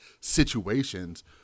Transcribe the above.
situations